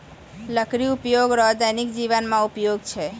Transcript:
लकड़ी उपयोग रो दैनिक जिवन मे उपयोग छै